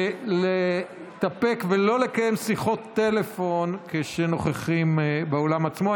להתאפק ולא לקיים שיחות טלפון כשנוכחים באולם עצמו.